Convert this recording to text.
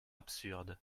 absurde